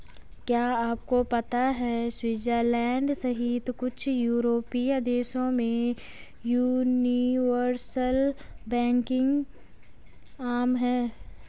क्या आपको पता है स्विट्जरलैंड सहित कुछ यूरोपीय देशों में यूनिवर्सल बैंकिंग आम है?